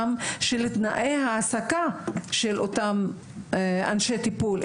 גם של תנאי העסקה של אותם אנשי טיפול,